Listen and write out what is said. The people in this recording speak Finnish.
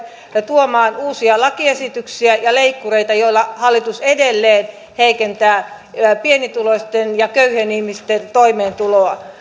tuomaan uusia lakiesityksiä ja leikkureita joilla hallitus edelleen heikentää pienituloisten ja köyhien ihmisten toimeentuloa